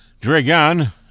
Dragan